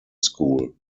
school